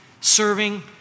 serving